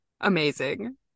amazing